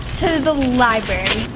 to the library.